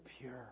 pure